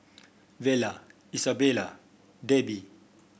Vella Isabella Debbi